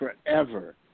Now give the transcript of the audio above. forever